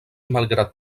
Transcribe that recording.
malgrat